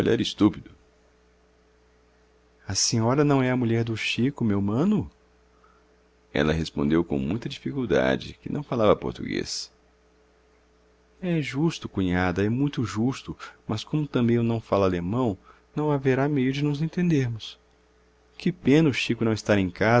estúpido a senhora não é a mulher do chico meu mano ela respondeu com muita dificuldade que não falava português é justo cunhada é muito justo mas como também eu não falo alemão não haverá meio de nos entendermos que pena o chico não estar em